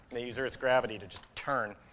they use earth's gravity to just turn.